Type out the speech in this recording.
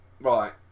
Right